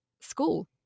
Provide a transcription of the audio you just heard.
school